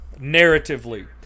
Narratively